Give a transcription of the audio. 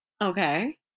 Okay